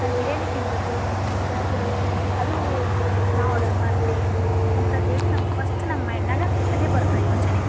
ನಾನು ಬಿರ್ಯಾನಿ ತಿನ್ನಬೇಕು ನಂಗೆ ಅದು ನಾ ಆರ್ಡರ್ ಮಾಡ್ತಿ ಅಂತಂದೇಳಿ ನಮ್ಮ ಫಸ್ಟ್ ನಮ್ಮ ಮೈಂಡ್ನಾಗ ಅದೇ ಬರ್ತದೆ ಯೋಚನೆ